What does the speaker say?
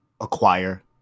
acquire